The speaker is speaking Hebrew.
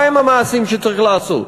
מה הם המעשים שצריך לעשות?